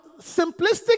simplistic